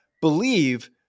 believe